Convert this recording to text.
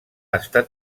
estat